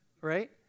right